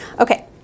okay